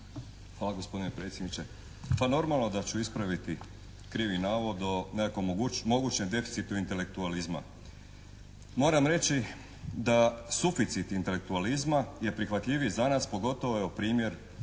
Hvala gospodine predsjedniče. Pa normalno da ću ispraviti krivi navod o nekom mogućem deficitu intelektualizma. Moram reći da suficit intelektualizma je prihvatljivi za nas pogotovo evo primjer